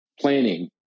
planning